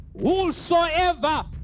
whosoever